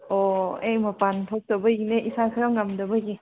ꯑꯣ ꯑꯩ ꯃꯄꯥꯟ ꯊꯣꯛꯇꯕꯒꯤꯅꯦ ꯏꯁꯥ ꯈꯔ ꯉꯝꯗꯕꯒꯤ